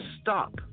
Stop